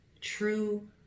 true